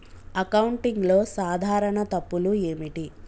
అకౌంటింగ్లో సాధారణ తప్పులు ఏమిటి?